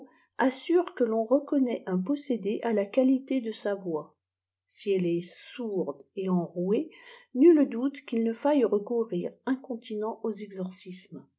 assurent que l'onrecoanatt un possède k la qualité de sa voix si elle est sourde et enrouée nul di ùi qu'il ne faîhe recourir incontinent aux exorcismes